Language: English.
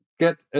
get